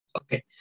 Okay